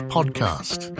Podcast